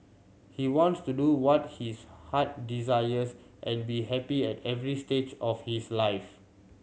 he wants to do what his heart desires and be happy at every stage of his life